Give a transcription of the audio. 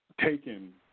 taken